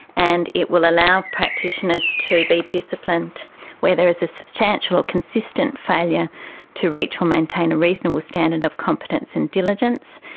and it will allow practitioners to be disciplined where there is a substantial or consistent failure to reach or maintain a reasonable standard of competence and diligence,